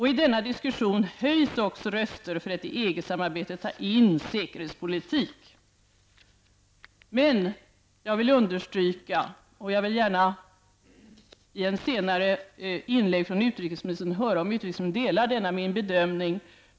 I denna diskussion höjs också röster för att i EG-samarbetet ta in säkerhetspolitik. Jag vill gärna understryka detta, och jag vill gärna i ett senare inlägg höra om utrikesministern delar min bedömning.